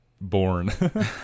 born